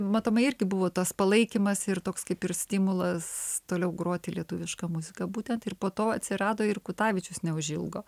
matomai irgi buvo tas palaikymas ir toks kaip ir stimulas toliau groti lietuvišką muziką būtent ir po to atsirado ir kutavičius neužilgo